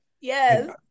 yes